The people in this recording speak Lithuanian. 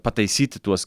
pataisyti tuos